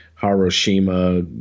Hiroshima